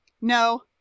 no